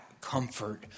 comfort